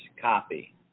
copy